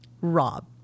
Rob